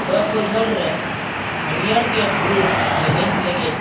ᱵᱟᱹᱫᱽ ᱵᱟᱹᱭᱦᱟᱹᱲᱨᱮ ᱦᱟᱹᱲᱭᱟᱹᱨ ᱜᱮ ᱦᱩᱲᱩ ᱞᱮᱜᱮᱡ ᱞᱮᱜᱮᱡ